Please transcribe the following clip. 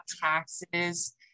taxes